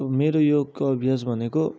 अब मेरो योगको अभ्यास भनेको